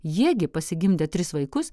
jie gi pasigimdė tris vaikus